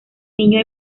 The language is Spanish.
niño